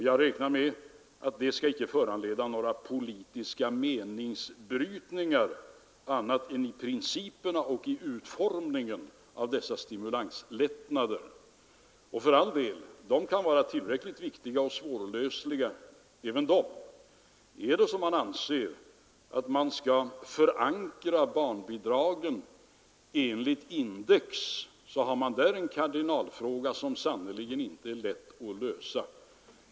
Jag räknar med att det inte skall föranleda några politiska meningsbrytningar annat än beträffande principerna och utformningen av dessa stimulanslättnader. För all del, även dessa kan vara tillräckligt viktiga och svårlösta. Anses det att man skall förankra barnbidragen enligt index, har man där en kardinalfråga som sannerligen inte är lätt att lösa.